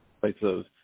places